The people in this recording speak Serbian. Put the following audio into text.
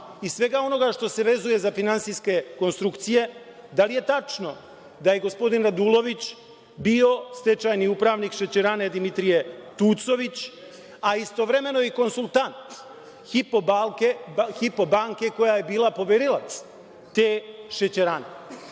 i svega onoga što se vezuje za finansijske konstrukcije – da li je tačno da je gospodin Radulović bio stečajni upravnik Šećerane „Dimitrije Tucović“, a istovremeno i konsultant „Hipo banke“ koja je bila poverilac te šećerane?